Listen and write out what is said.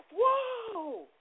whoa